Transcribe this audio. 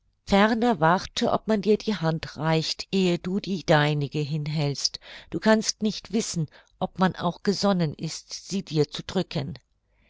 ferner warte ob man dir die hand reicht ehe du die deinige hinhältst du kannst nicht wissen ob man auch gesonnen ist sie dir zu drücken